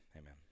amen